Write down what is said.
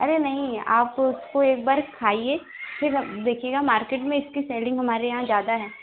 अरे नहीं आप उसको एक बार खाइए फिर देखिएगा मार्केट में इसकी सेलिंग हमारे यहाँ ज़्यादा है